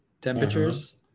temperatures